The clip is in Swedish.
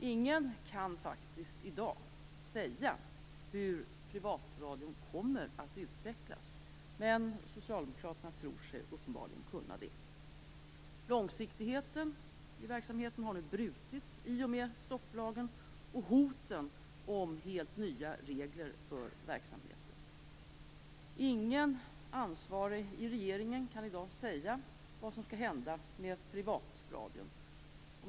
Ingen kan faktiskt i dag säga hur privatradion kommer att utvecklas, men Socialdemokraterna tror sig uppenbarligen kunna det. Långsiktigheten i verksamheten har nu brutits i och med stopplagen och hoten om helt nya regler för verksamheten. Ingen ansvarig i regeringen kan i dag säga vad som skall hända med privatradion.